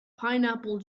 pineapple